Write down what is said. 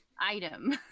item